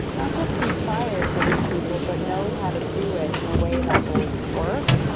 not just inspired to lead people but knows how to do it in a way that will work,